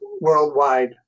worldwide